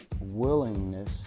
willingness